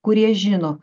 kurie žino